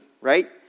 right